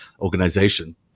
organization